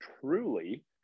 Truly